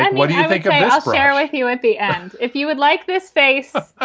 and what do you think? ah i'll sarah, with you at the end if you would like this face.